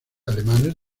alemanes